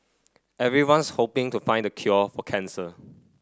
everyone's hoping to find the cure for cancer